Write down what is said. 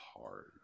hard